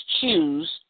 choose